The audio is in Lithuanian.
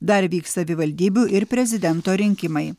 dar vyks savivaldybių ir prezidento rinkimai